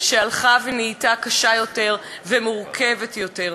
שהלכה ונהייתה קשה יותר ומורכבת יותר,